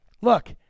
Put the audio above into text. Look